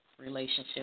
relationship